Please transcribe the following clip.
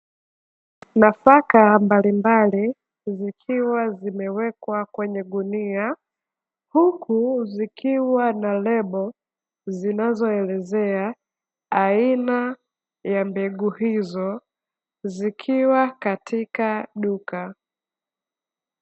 Nafaka mbalimbali zikiwa zimewekwa kwenye gunia huku zikiwa na lebo zinazoelezea aina ya mbegu hizo zikiwa katika duka.